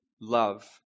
love